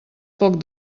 poc